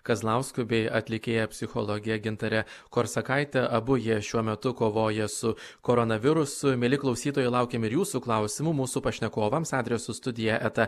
kazlausku bei atlikėja psichologe gintare korsakaite abu jie šiuo metu kovoja su koronavirusu mieli klausytojai laukiam ir jūsų klausimų mūsų pašnekovams adresu studija eta